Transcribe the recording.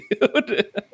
dude